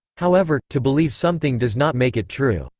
however to believe something does not make it true.